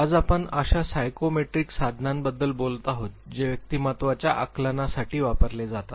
आज आपण अशा सायकोमेट्रिक साधनांबद्दल बोलत आहोत जे व्यक्तिमत्त्वाच्या आकलनासाठी वापरले जातात